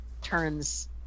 turns